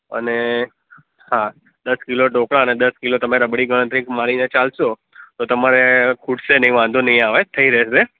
અને હા દસ કિલો ઢોકળા અને દસ કિલો તમે રબડી ગણતરી મારીને ચાલશો તો તમારે ખૂટશે નહીં વાંધો નહીં આવે થઇ રહેશે